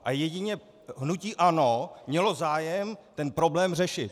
A jedině hnutí ANO mělo zájem ten problém řešit.